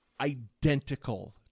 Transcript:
identical